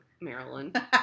Maryland